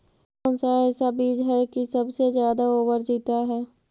कौन सा ऐसा बीज है की सबसे ज्यादा ओवर जीता है?